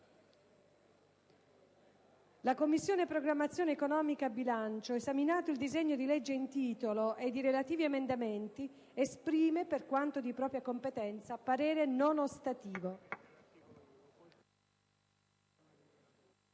«La Commissione programmazione economica, bilancio, esaminato il disegno di legge in titolo ed i relativi emendamenti, esprime, per quanto di propria competenza, parere non ostativo».